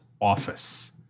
office